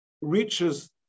reaches